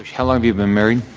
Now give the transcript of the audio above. how long have you been married?